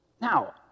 Now